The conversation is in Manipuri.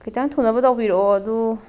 ꯈꯤꯇꯪ ꯊꯨꯅꯕ ꯇꯧꯕꯤꯔꯛꯑꯣ ꯑꯗꯨ